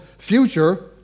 future